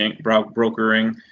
brokering